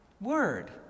word